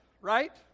right